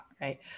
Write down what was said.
right